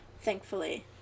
thankfully